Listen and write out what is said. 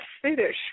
Swedish